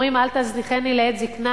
אומרים: אל תזניחני לעת זיקנה.